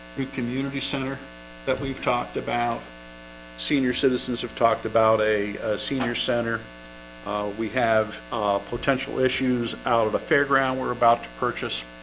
community center that we've talked about senior citizens have talked about a senior center we have potential issues out of the fairground. we're about to purchase